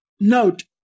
note